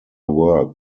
work